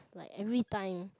like everytime